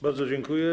Bardzo dziękuję.